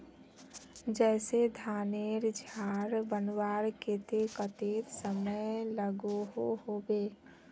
जैसे धानेर झार बनवार केते कतेक समय लागोहो होबे?